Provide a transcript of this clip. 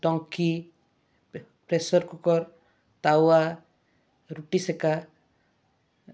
ଡଙ୍କୀ pressure cooker ରୁଟିସେକା